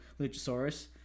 Luchasaurus